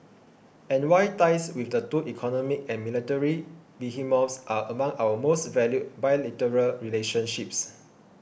and why ties with the two economic and military behemoths are among our most valued bilateral relationships